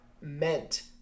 meant